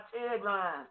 tagline